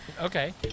Okay